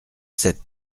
sept